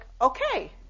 okay